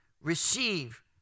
receive